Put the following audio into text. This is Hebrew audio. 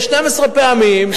12 פעמים,